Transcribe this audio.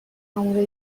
امور